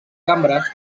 cambres